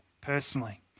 personally